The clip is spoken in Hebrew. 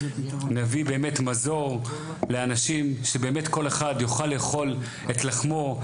נביא באמת מזור לאנשים שבאמת כל אחד יוכל לאכול את לחמו,